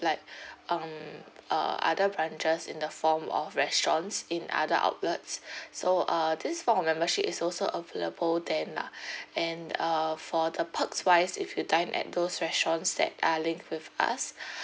like um uh other branches in the form of restaurants in other outlets so uh this form of membership is also available then lah and uh for the perks wise if you dine at those restaurants that are linked with us